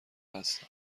هستم